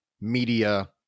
media